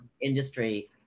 industry